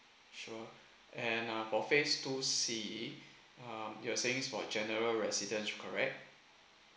sure and uh for phase two C um you are saying for general residents correct